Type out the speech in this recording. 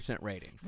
rating